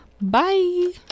Bye